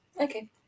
Okay